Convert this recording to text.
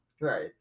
right